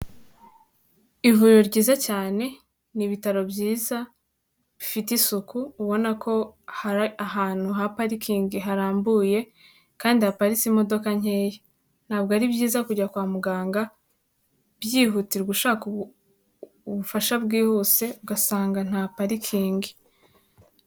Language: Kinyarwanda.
Ivuriro ryiza cyane, ni ibitaro byiza bifite isuku, ubona ko hari ahantu ha parikingi harambuye kandi haparitse imodoka nkeya, ntabwo ari byiza kujya kwa muganga byihutirwa ushaka ubufasha bwihuse ugasanga nta parikingi.